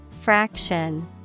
fraction